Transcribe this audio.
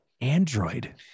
android